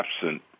absent